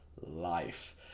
life